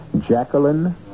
Jacqueline